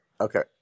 Okay